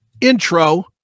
intro